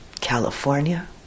California